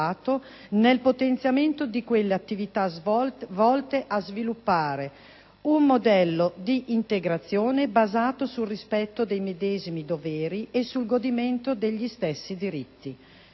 nel potenziamento di quelle attività volte a sviluppare un modello di integrazione basato sul rispetto dei medesimi doveri e sul godimento degli stessi diritti.